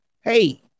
hey